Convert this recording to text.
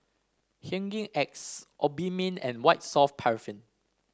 Hygin X Obimin and White Soft Paraffin